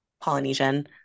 Polynesian